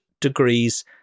degrees